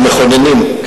המכוננים.